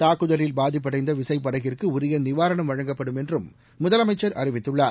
தாக்குதலில் பாதிப்படைந்த விசை படகிற்கு உரிய பணி நிவாரணம் வழங்கப்படும் என்றும் முதலமைச்சர் அறிவித்துள்ளார்